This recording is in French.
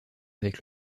avec